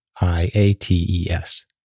I-A-T-E-S